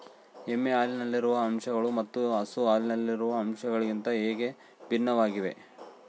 ಎಮ್ಮೆ ಹಾಲಿನಲ್ಲಿರುವ ಅಂಶಗಳು ಮತ್ತು ಹಸು ಹಾಲಿನಲ್ಲಿರುವ ಅಂಶಗಳಿಗಿಂತ ಹೇಗೆ ಭಿನ್ನವಾಗಿವೆ?